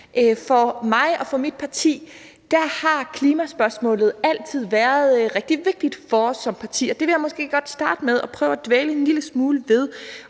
For mig og for mit parti har klimaspørgsmålet altid været rigtig vigtigt, og det vil jeg gerne starte med at prøve at dvæle en lille smule ved,